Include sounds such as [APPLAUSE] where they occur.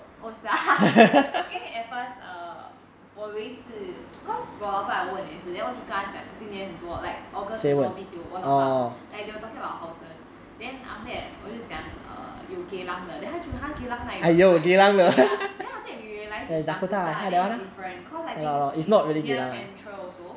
oh 是啊 [LAUGHS] 因为 at first err 我以为是 cause 我老板问你你要去跟他讲 ah 今年很多 ah like august 很多 B_T_O 我老板 like they are talking about houses then after that 我就讲 err 有 geylang 的 then 他就 !huh! geylang !aiyo! like ya ya after that he realized it's dakota then it's different cause I think it's near central also ya